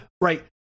right